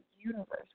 universe